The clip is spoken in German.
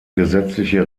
gesetzliche